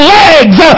legs